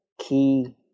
key